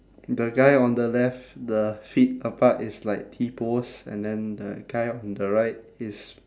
the guy on the left the feet apart is like T pose and then the guy on the right is